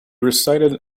recited